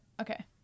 Okay